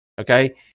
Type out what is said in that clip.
Okay